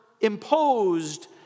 imposed